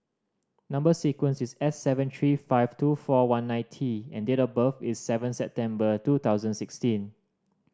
number sequence is S seven three five two four one nine T and date of birth is seven September two thousand sixteen